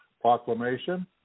Proclamation